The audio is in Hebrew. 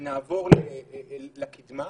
ונעבור לקדמה.